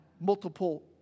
multiple